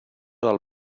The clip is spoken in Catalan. del